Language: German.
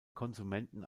konsumenten